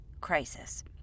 crisis